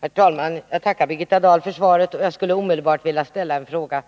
Herr talman! Jag tackar Birgitta Dahl för svaret. Jag skulle omedelbart vilja ställa en fråga: